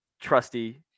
trusty